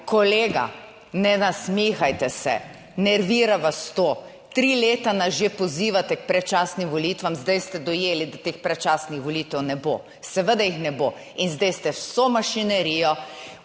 Kolega, ne nasmihajte se, nervira vas to. Tri leta nas že pozivate k predčasnim volitvam, zdaj ste dojeli, da teh predčasnih volitev ne bo. Seveda jih ne bo. In zdaj ste vso mašinerijo